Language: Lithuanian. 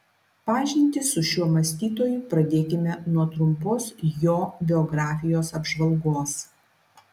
pažintį su šiuo mąstytoju pradėkime nuo trumpos jo biografijos apžvalgos